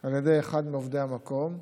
על ידי אחד מעובדי המקום,